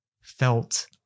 felt